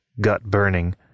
Gut-burning